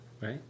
right